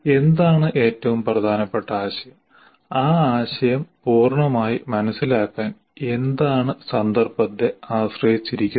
എന്താണ് ഏറ്റവും പ്രധാനപ്പെട്ട ആശയം ആ ആശയം പൂർണ്ണമായി മനസിലാക്കാൻ എന്താണ് സന്ദർഭത്തെ ആശ്രയിച്ചിരിക്കുന്നത്